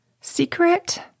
Secret